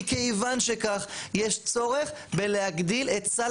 מכיוון שכך יש צורך בלהגדיל את סל